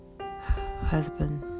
husband